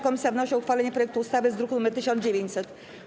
Komisja wnosi o uchwalenie projektu ustawy z druku nr 1900.